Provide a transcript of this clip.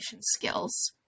skills